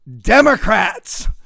Democrats